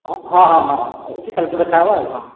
ହଁ ହଁ ହଁ ହଁ ରହୁଛି କାଲି ତ ଦେଖା ହେବା ହଁ